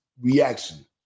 reaction